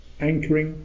anchoring